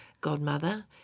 godmother